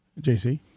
JC